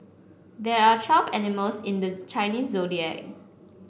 there are twelve animals in the Chinese Zodiac